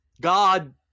God